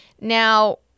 Now